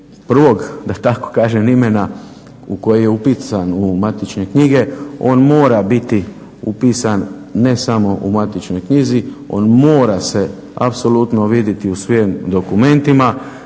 prvog da tako kažem imena koji je upisan u matične knjige on mora biti upisan ne samo u matičnoj knjizi on mora se apsolutno vidjeti u svim dokumentima